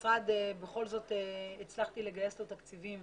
בכל זאת הצלחתי לגייס למשרד תקציבים